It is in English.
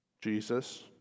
Jesus